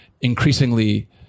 increasingly